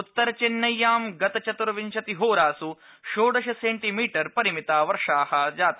उत्तर चेन्नय्यां गत चतुर्विंशतिहोरासु षोडशसेण्टीमीटर परिमिता वर्षा जाता